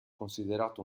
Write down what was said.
considerato